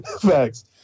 Facts